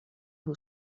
who